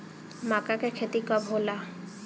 माका के खेती कब होला?